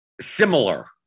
similar